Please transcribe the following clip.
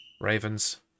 Ravens